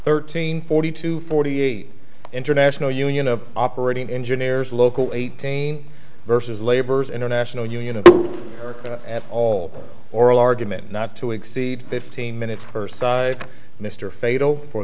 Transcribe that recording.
thirteen forty two forty eight international union of operating engineers local eighteen vs laborers international union of all oral argument not to exceed fifteen minutes or so mr fatal for